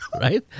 Right